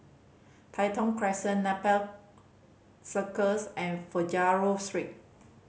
Tai Thong Crescent Nepal Circus and Figaro Street